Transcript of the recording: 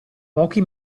pochi